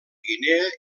guinea